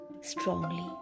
strongly